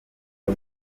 uyu